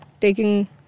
taking